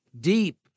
deep